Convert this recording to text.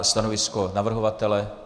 Stanovisko navrhovatele?